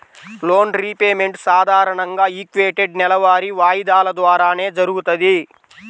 loan repayment సాధారణంగా equated నెలవారీ వాయిదాల ద్వారానే జరుగుతది